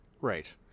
right